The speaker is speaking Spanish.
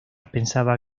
pensaba